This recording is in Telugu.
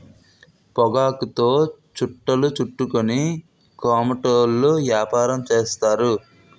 పొగాకుతో చుట్టలు చుట్టుకొని కోమటోళ్ళు యాపారం చేస్తారు